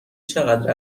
چقدر